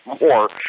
more